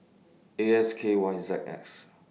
A S K Y Z X